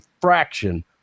fraction